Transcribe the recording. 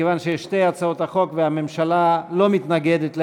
מכיוון שיש שתי הצעות חוק והממשלה לא מתנגדת להעברתן,